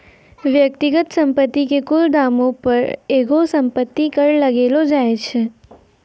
व्यक्तिगत संपत्ति के कुल दामो पे एगो संपत्ति कर लगैलो जाय छै